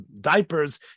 diapers